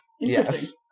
Yes